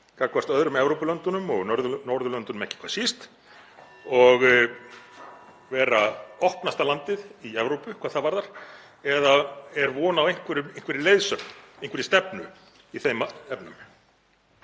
gagnvart öðrum Evrópulöndum og Norðurlöndunum ekki hvað síst og vera opnasta landið í Evrópu hvað það varðar eða er von á einhverri leiðsögn, einhverri stefnu í þeim efnum?